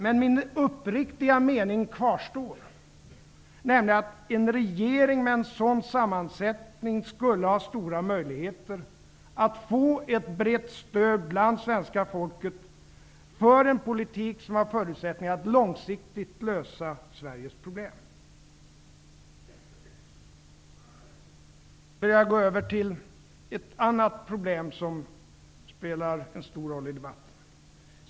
Men min uppriktiga mening kvarstår, nämligen att en regering med en sådan sammansättning skulle ha stora möjligheter att få ett brett stöd bland svenska folket för en politik som har förutsättningar att långsiktigt lösa Sveriges problem. Jag går nu över till ett annat problem som spelar en stor roll i debatten.